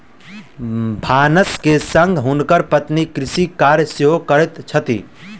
भानस के संग हुनकर पत्नी कृषि कार्य सेहो करैत छथि